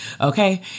okay